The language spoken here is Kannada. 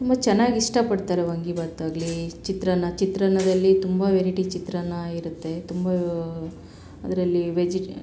ತುಂಬ ಚೆನ್ನಾಗಿ ಇಷ್ಟಪಡ್ತಾರೆ ವಾಂಗಿಭಾತ್ ಆಗಲಿ ಚಿತ್ರಾನ್ನ ಚಿತ್ರಾನ್ನದಲ್ಲಿ ತುಂಬ ವೆರೈಟಿ ಚಿತ್ರಾನ್ನ ಇರುತ್ತೆ ತುಂಬ ಅದರಲ್ಲಿ ವೆಜಿ